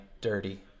dirty